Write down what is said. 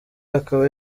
akaba